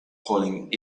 calling